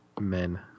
Men